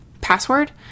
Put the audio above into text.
password